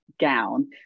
gown